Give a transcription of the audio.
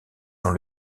dans